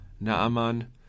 Naaman